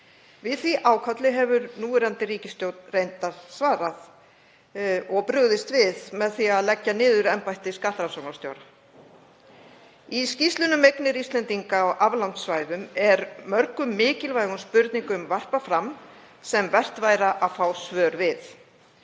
Við því ákalli hefur núverandi ríkisstjórn reyndar brugðist með því að leggja niður embætti skattrannsóknarstjóra. Í skýrslunni um eignir Íslendinga á aflandssvæðum er mörgum mikilvægum spurningum varpað fram sem vert væri að fá svör við.